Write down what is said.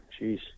Jeez